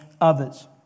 others